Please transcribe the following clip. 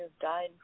died